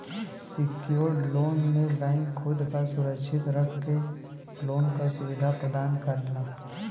secured loan में bank खुद क सुरक्षित रख के लोन क सुविधा प्रदान करला